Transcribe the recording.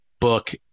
book